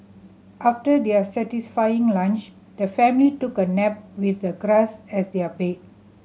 after their satisfying lunch the family took a nap with the grass as their bed